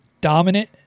dominant